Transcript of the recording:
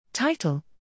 Title